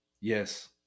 yes